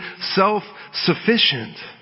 self-sufficient